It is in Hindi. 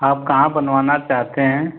आप कहाँ बनवाना चाहते हैं